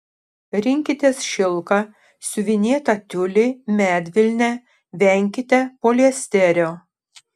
rinkitės šilką siuvinėtą tiulį medvilnę venkite poliesterio